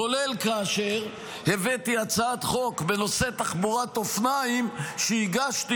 כולל כאשר הבאתי הצעת חוק בנושא תחבורת אופניים שהגשתי